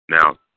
Now